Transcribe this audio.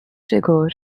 tagore